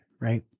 Right